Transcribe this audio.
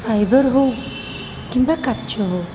fibre ହଉ କିମ୍ବା କାଚ ହଉ